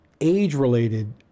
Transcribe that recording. age-related